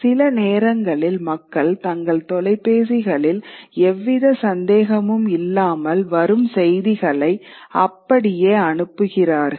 சில நேரங்களில் மக்கள் தங்கள் தொலைபேசிகளில் எவ்வித சந்தேகமும் இல்லாமல் வரும் செய்திகளை அப்படியே அனுப்புகிறார்கள்